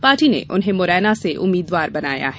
party ने उन्हें मुरैना से उम्मीद्वार बनाया है